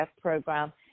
program